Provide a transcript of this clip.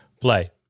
play